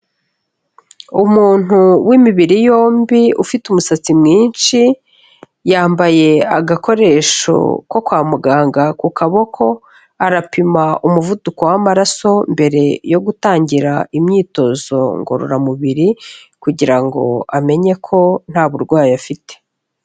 Umuntu w'imibiri yombi, ufite umusatsi mwinshi, yambaye agakoresho ko kwa muganga ku kaboko, arapima umuvuduko w'amaraso mbere yo gutangira imyitozo ngororamubiri kugira ngo amenye ko nta burwayi afite.